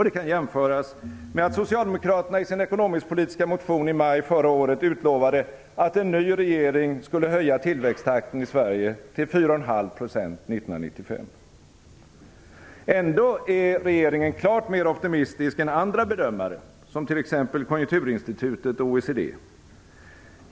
Det kan jämföras med att socialdemokraterna i sin ekonomisk-politiska motion i maj förra året utlovade att en ny regering skulle höja tillväxttakten i Sverige till 41⁄2 % år 1995. Ändå är regeringen klart mera optimistisk än andra bedömare, som t.ex. Konjunkturinstitutet och OECD.